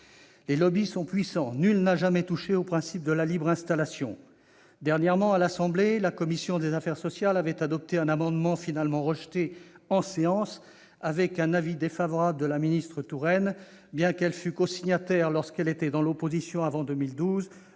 Les lobbies sont puissants. Nul n'a jamais touché au principe de la libre installation. Dernièrement, à l'Assemblée nationale, la commission des affaires sociales avait adopté un amendement, finalement rejeté en séance avec un avis défavorable de la ministre Marisol Touraine, qui fut pourtant cosignataire, lorsqu'elle était dans l'opposition avant 2012,